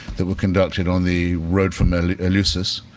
that were conducted on the road from eleusis.